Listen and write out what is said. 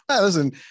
Listen